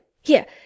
Here